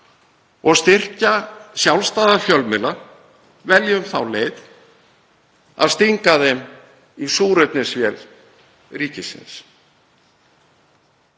og styrkja sjálfstæða fjölmiðla veljum þá leið að stinga þeim í súrefnisvél ríkisins.